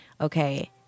okay